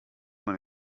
man